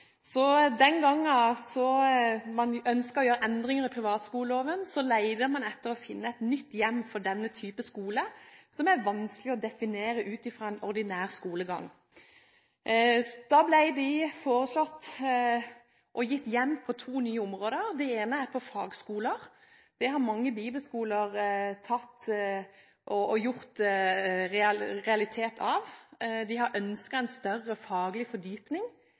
Den gangen man ønsket å gjøre endringer i privatskoleloven, lette man etter å finne et nytt «hjem» for denne typen skoler, som er vanskelige å definere ut fra en ordinær skolegang. Da ble de foreslått gitt «hjem» på to nye områder. Det ene er fagskoleloven. Dette har mange bibelskoler gjort til en realitet – de har ønsket en større faglig fordypning